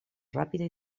ràpida